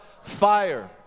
Fire